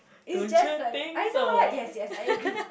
is just like I know right yes yes I agree